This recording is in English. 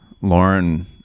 lauren